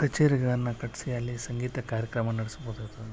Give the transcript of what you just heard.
ಕಚೇರಿಗಳನ್ನು ಕಟ್ಟಿಸಿ ಅಲ್ಲಿ ಸಂಗೀತ ಕಾರ್ಯಕ್ರಮವನ್ನು ನಡ್ಸಬಹುದದು